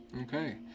Okay